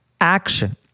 action